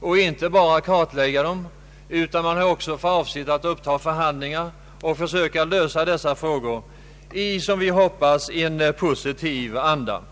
Den skall inte bara kartlägga dem, utan avsikten är också att man skall uppta förhandlingar och försöka lösa dessa frågor i, som vi hoppas, positiv anda.